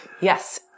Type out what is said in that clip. Yes